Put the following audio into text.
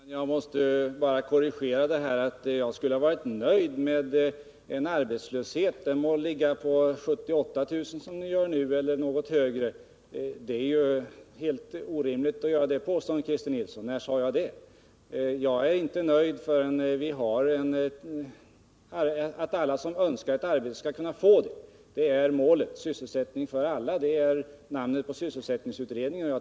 Herr talman! Jag måste bara korrigera påståendet att jag skulle vara nöjd med den arbetslöshet vi har — den må ligga på 78 000 som den gör nu eller något högre. Det är helt orimligt att göra ett sådant påstående, Christer Nilsson. När sade jag att jag var nöjd? Jag är inte nöjd förrän vi har den situationen att alla som önskar få ett arbete kan få det. Det är målet. Sysselsättning för alla är namnet på sysselsättningsutredningen.